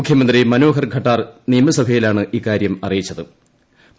മുഖ്യമന്ത്രി മനോഹർ ഖട്ടാർ നിയമസഭയിലാണ് ഇക്കാര്യം അറിയിച്ച തച്ചത്